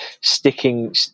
sticking